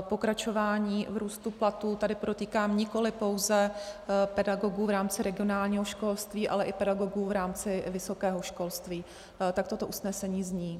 pokračování v růstu platů tady podotýkám nikoli pouze pedagogů v rámci regionálního školství, ale i pedagogů v rámci vysokého školství, tak toto usnesení zní.